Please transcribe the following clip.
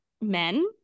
men